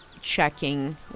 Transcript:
checking